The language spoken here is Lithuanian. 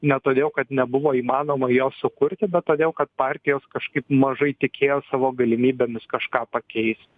ne todėl kad nebuvo įmanoma jos sukurti bet todėl kad partijos kažkaip mažai tikėjo savo galimybėmis kažką pakeist